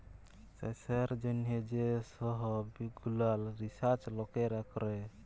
চাষের জ্যনহ যে সহব গুলান রিসাচ লকেরা ক্যরে